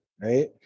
right